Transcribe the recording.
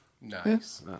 Nice